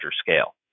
scale